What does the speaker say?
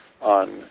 on